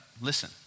listen